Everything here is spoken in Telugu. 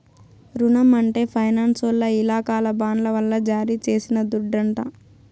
రునం అంటే ఫైనాన్సోల్ల ఇలాకాల బాండ్ల వల్ల జారీ చేసిన దుడ్డంట